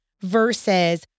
versus